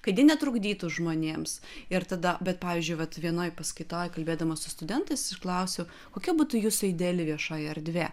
kad jie netrukdytų žmonėms ir tada bet pavyzdžiui vat vienoj paskaitoj kalbėdama su studentais ir klausiu kokia būtų jūsų ideali viešoji erdvė